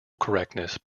correctness